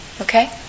Okay